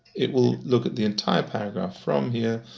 it will look at the entire paragraph, from here,